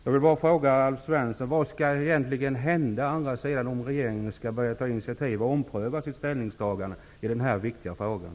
Jag vill fråga Alf Svensson vad som egentligen skall hända på andra sidan Östersjön för att regeringen skall börja ta initiativ och ompröva sitt ställningstagande i den här viktiga frågan.